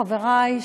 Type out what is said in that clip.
חברי,